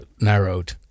narrowed